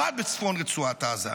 במיוחד בצפון רצועת עזה.